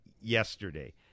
yesterday